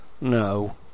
no